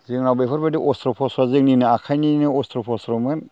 जोंनाव बेफोरबायदि अस्त्र' थस्त्र'आ जोंनिनो आखाइनिनो अस्त्र' थस्त्र'मोन